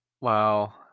Wow